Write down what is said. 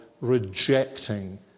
rejecting